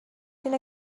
اینه